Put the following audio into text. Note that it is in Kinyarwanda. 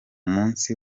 munsi